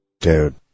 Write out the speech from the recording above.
Dude